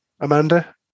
Amanda